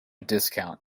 discount